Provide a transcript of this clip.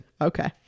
okay